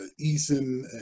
Eason